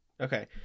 Okay